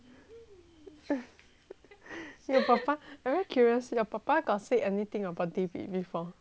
your 爸爸 I very curious your 爸爸 got say anything about david before